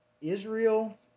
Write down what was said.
Israel